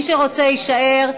מי שרוצה יישאר,